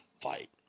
fight